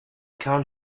count